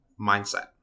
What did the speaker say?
mindset